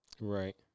right